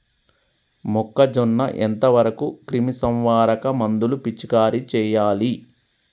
మొక్కజొన్న ఎంత వరకు క్రిమిసంహారక మందులు పిచికారీ చేయాలి?